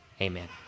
Amen